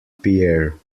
pierre